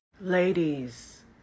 Ladies